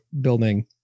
building